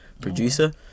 producer